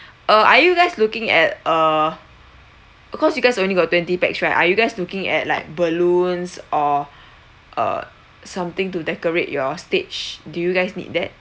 uh are you guys looking at err cause you guys only got twenty pax right are you guys looking at like balloons or uh something to decorate your stage do you guys need that